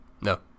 No